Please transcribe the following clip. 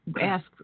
Ask